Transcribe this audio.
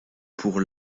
pour